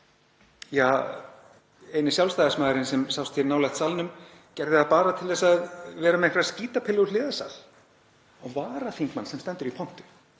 ja, eini Sjálfstæðismaðurinn sem sást hér nálægt salnum gerði það bara til að vera með einhverja skítapillu úr hliðarsal á varaþingmann sem stendur í pontu.